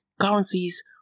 currencies